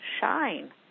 Shine